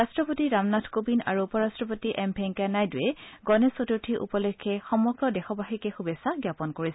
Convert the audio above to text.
ৰট্টপতি ৰামনাথ কোবিন্দ আৰু উপ ৰাট্টপতি এম ভেংকায়া নাইডুৱে গণেশ চতুৰ্থী উপলক্ষে সমগ্ৰ দেশবাসীকে শুভেচ্ছা জাপন কৰিছে